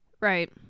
Right